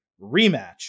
rematch